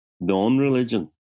non-religion